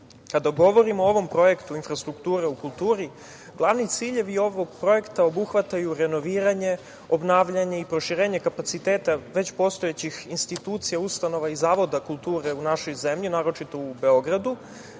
govorimo o ovom projektu - Infrastruktura u kulturi, glavni ciljevi ovog projekta obuhvataju renoviranje, obnavljanje i proširenje kapaciteta već postojećih institucija, ustanova i zavoda kulture u našoj zemlji, naročito u Beogradu,